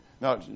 Now